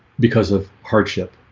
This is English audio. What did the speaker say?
because of hardship